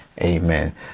Amen